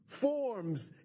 forms